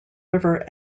river